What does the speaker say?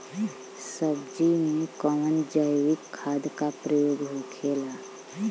सब्जी में कवन जैविक खाद का प्रयोग होखेला?